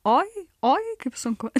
oi oi kaip sunku